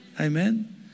Amen